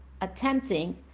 attempting